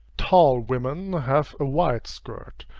tall women have a wide skirt,